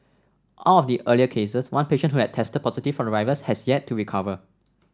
out of the earlier cases one patient who had tested positive for the virus has yet to recover